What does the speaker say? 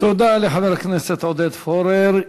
תודה לחבר הכנסת עודד פורר.